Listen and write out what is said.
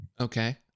Okay